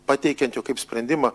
pateikiant jau kaip sprendimą